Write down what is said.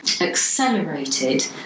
accelerated